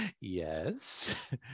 Yes